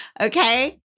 Okay